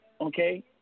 okay